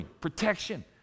protection